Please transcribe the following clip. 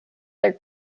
their